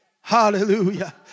hallelujah